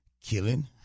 killing